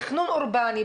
תכנון אורבני,